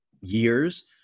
years